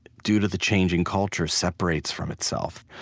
due to the changing culture, separates from itself.